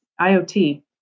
IOT